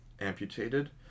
amputated